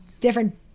different